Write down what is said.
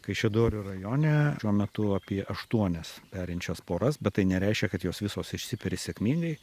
kaišiadorių rajone šiuo metu apie aštuonias perinčias poras bet tai nereiškia kad jos visos išsiperi sėkmingai